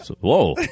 Whoa